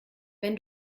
wenn